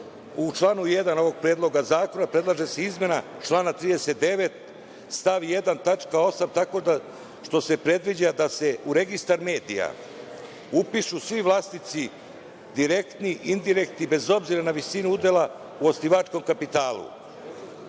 u članu 1. ovog Predloga zakona, predlaže se izmena člana 39. stav 1. tačka 8. tako što se predviđa da se u Registar medija upišu svi vlasnici, direktni, indirektni, bez obzira na visinu udela u osnivačkom kapitalu,